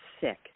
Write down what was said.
sick